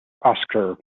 oskar